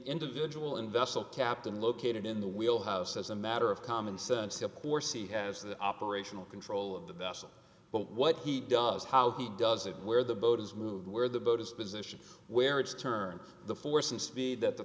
individual investor captain located in the wheel house as a matter of common sense step or c has the operational control of the vessel but what he does how he does it where the boat is moved where the boat is positioned where it's turned the force and speed that the